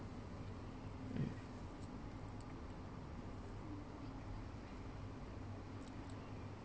mm